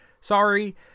sorry